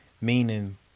meaning